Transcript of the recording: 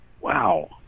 wow